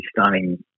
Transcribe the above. stunning